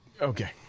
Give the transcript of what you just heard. Okay